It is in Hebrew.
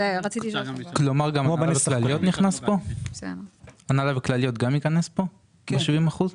כלומר גם הנהלה וכלליות גם ייכנס פה ב-70%?